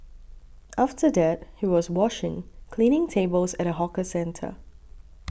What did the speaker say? after that he was washing cleaning tables at a hawker centre